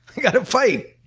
i've got to fight.